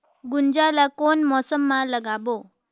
गुनजा ला कोन मौसम मा लगाबो?